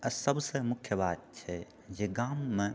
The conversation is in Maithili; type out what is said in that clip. आ सभसँ मुख्य बात छै जे गाममे